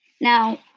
Now